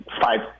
five